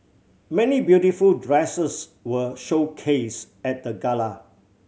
many beautiful dresses were showcase at the gala